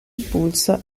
impulso